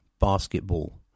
basketball